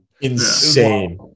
insane